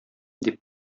дип